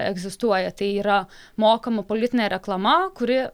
egzistuoja tai yra mokama politinė reklama kuri